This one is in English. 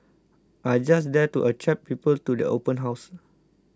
are just there to attract people to the open house